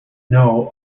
know